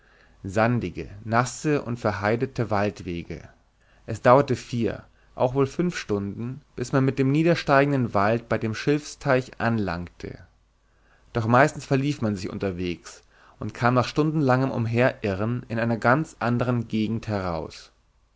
sandige nasse und verheidete waldwege es dauerte vier auch wohl fünf stunden bis man mit dem niedersteigenden wald bei dem schilfteich anlangte doch meistens verlief man sich unterwegs und kam nach stundenlangem umherirren in einer ganz anderen gegend heraus